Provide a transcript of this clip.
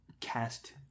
cast